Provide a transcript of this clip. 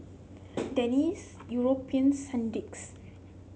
Deni's Europace Sandisk